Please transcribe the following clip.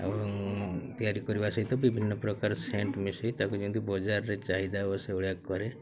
ଏବଂ ତିଆରି କରିବା ସହିତ ବିଭିନ୍ନ ପ୍ରକାର ସେଣ୍ଟ ମିଶାଇ ତାକୁ ଯେମିତି ବଜାରରେ ଚାହିଦା ଓ ସେଭଳିଆ କରେ